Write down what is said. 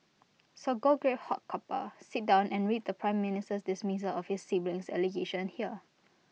so go grab hot cuppa sit down and read the prime Minister's dismissal of his siblings allegations here